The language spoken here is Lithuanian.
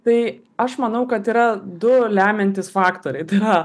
tai aš manau kad yra du lemiantys faktoriai tai yra